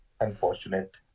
unfortunate